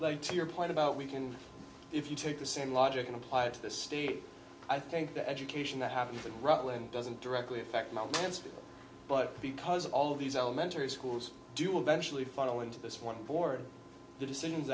like to your point about we can if you take the same logic and apply it to the state i think the education that happens at rutland doesn't directly affect my answer but because all of these elementary schools do eventually funnel into this one board the decisions